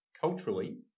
culturally